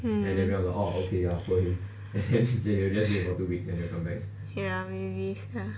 hmm ya maybe ya